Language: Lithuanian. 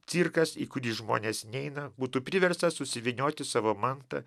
cirkas į kurį žmonės neina būtų priverstas susivynioti savo mantą